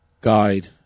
guide